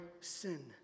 sin